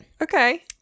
Okay